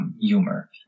humor